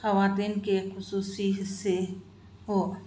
خواتین کے خصوصی حصے ہو